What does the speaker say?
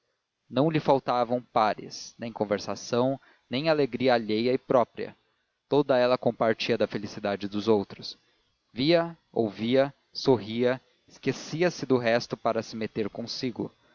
não lhe faltavam pares nem conversação nem alegria alheia e própria toda ela compartia da felicidade dos outros via ouvia sorria esquecia-se do resto para se meter consigo